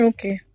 Okay